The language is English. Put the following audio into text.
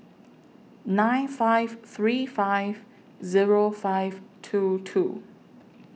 nine five three five Zero five two two